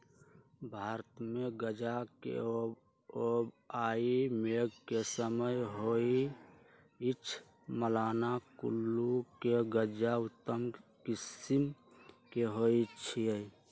भारतमे गजा के बोआइ मेघ के समय होइ छइ, मलाना कुल्लू के गजा उत्तम किसिम के होइ छइ